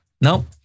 Nope